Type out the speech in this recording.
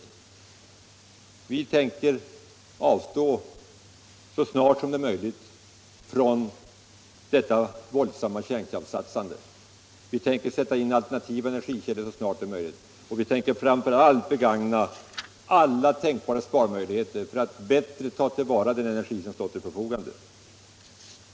Vi tänker nämligen avstå från detta våldsamma kärnkraftssatsande, vi tänker sätta in alternativa energikällor så snart detta blir möjligt och vi tänker framför allt begagna alla tänkbara sparmöjligheter för att bättre ta till vara den energi som står till vårt förfogande.